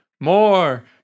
more